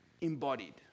Embodied